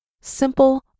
Simple